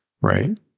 right